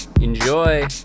Enjoy